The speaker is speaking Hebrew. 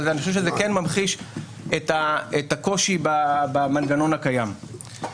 אבל זה ממחיש את הקושי במנגנון הקיים.